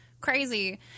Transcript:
crazy